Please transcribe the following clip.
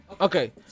Okay